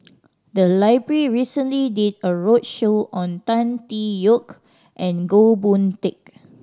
the library recently did a roadshow on Tan Tee Yoke and Goh Boon Teck